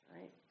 Right